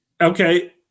okay